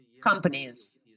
companies